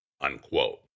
unquote